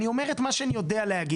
אני אומר את מה שאני יודע להגיד,